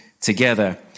together